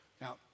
Now